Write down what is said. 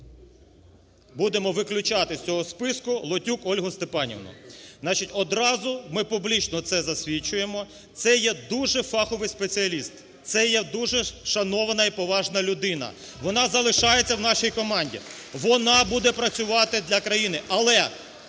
будемо виключати з цього списку Лотюк Ольгу Степанівну. Значить, одразу ми публічно це засвідчуємо, це є дуже фаховий спеціаліст, це є дуже шанована і поважна людина, вона залишається в нашій команді, вона буде працювати для країни.